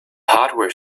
hardware